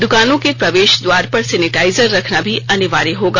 दुकानों के प्रवेश द्वार पर सेनिटाइजर रेखना भी अनिवार्य होगा